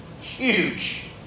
Huge